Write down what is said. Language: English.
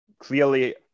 clearly